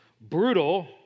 brutal